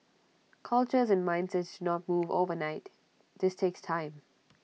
cultures and mindsets do not move overnight this takes time